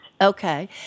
Okay